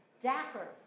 dapper